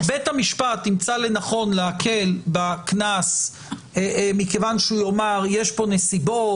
אם בית המשפט ימצא לנכון להקל בקנס מכיוון שהוא יאמר: יש פה נסיבות,